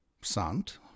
sant